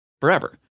forever